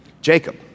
Jacob